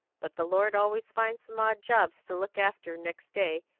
but the lord always finds some odd jobs to look after next day,